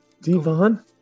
Devon